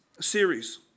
series